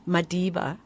Madiba